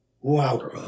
Wow